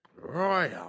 Royal